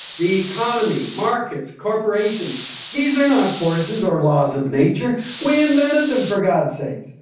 the economy, markets, corporations these are not forces or laws of nature, we invented them, for gods sake.